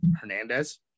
Hernandez